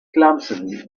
clumsily